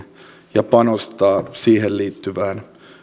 ja panostaa siihen liittyvään